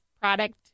product